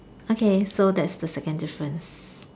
okay so that's the second difference